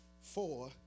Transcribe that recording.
four